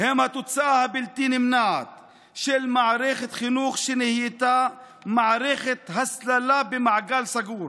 הם התוצאה הבלתי-נמנעת של מערכת חינוך שנהייתה מערכת הסללה במעגל סגור: